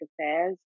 affairs